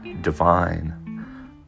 divine